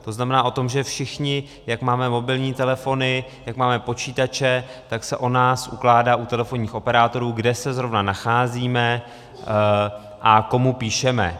To znamená, že všichni, jak máme mobilní telefony, jak máme počítače, tak se o nás ukládá u telefonních operátorů, kde se zrovna nacházíme a komu píšeme.